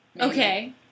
Okay